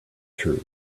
true